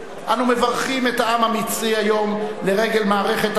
אנו מברכים את העם המצרי היום לרגל מערכת הבחירות